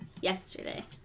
Yesterday